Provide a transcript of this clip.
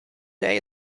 day